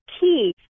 key